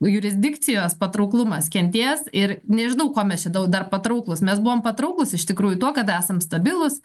jurisdikcijos patrauklumas kentės ir nežinau ko mes čia dau dar patrauklūs mes buvom patrauklūs iš tikrųjų tuo kad esam stabilūs